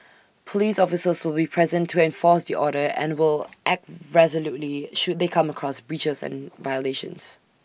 Police officers will be present to enforce the order and will act resolutely should they come across breaches and violations